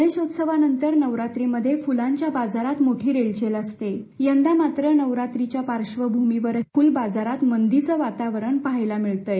गणेशोत्सवानंतर नवरात्रीमध्ये फुलांच्या बाजारात मोठी रेलचेल असते यंदा मात्र नवरात्रीच्या पार्शभूमीवरही फ्लबाजारात मंदीचे वातावरण पहायला मिळत आहे